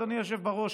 אדוני היושב-ראש,